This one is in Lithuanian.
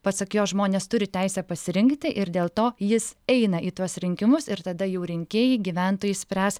pasak jo žmonės turi teisę pasirinkti ir dėl to jis eina į tuos rinkimus ir tada jau rinkėjai gyventojai spręs